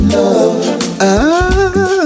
love